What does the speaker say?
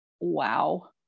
wow